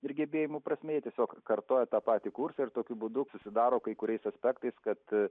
ir gebėjimų prasme jie tiesiog kartoja tą patį kursą ir tokiu būdu susidaro kai kuriais aspektais kad